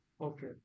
okay